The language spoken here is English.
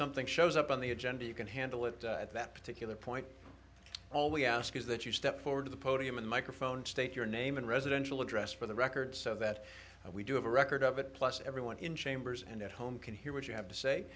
something shows up on the agenda you can handle it at that particular point all we ask is that you step forward to the podium and microphone state your name and residential address for the record so that we do have a record of it plus everyone in chambers and at home can hear what you have to say